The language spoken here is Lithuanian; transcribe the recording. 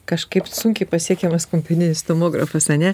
kažkaip sunkiai pasiekiamas kompiuterinis tomografas ane